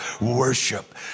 worship